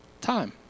time